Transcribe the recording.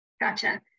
Gotcha